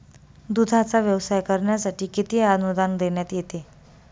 दूधाचा व्यवसाय करण्यासाठी किती अनुदान देण्यात येते?